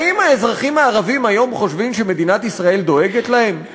האם האזרחים הערבים היום חושבים שמדינת ישראל דואגת להם?